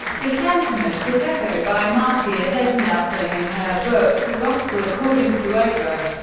the sentiment was echoed by marcia z. nelson in her book the gospel according to oprah.